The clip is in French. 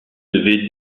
devait